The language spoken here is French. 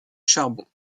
charbon